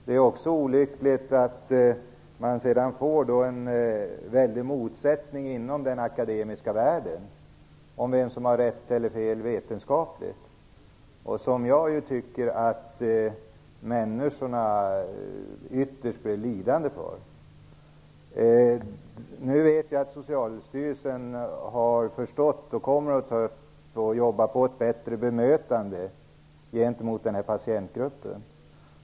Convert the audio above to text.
Det är också olyckligt att det blir motsättningar inom den akademiska världen om vem som har vetenskapligt rätt eller fel. Det är ytterst patienterna som blir lidande. Nu vet jag att Socialstyrelsen kommer att arbeta för ett bättre bemötande av patienterna.